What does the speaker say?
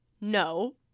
no